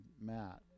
Matt